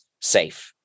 safe